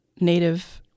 Native